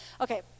Okay